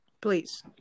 Please